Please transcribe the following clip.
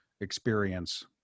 experience